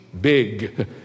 big